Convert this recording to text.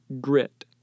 grit